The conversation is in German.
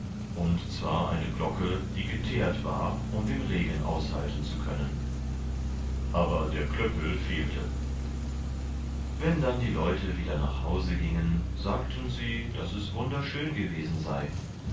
und zwar eine glocke die geteert war um den regen aushalten zu können aber der klöppel fehlte wenn dann die leute wieder nach hause gingen sagten sie daß es wunderschön gewesen sei